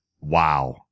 wow